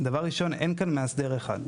דבר ראשון, אין כאן מאסדר אחד.